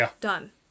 done